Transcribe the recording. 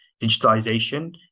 digitalization